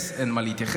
די, טלי, די.